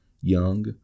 Young